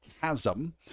chasm